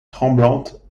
tremblante